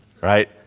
right